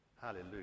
Hallelujah